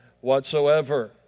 whatsoever